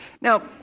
Now